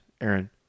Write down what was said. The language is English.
Aaron